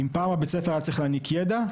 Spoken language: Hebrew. אם פעם בית הספר היה צריך להעניק ידע,